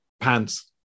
pants